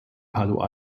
palo